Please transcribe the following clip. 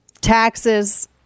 taxes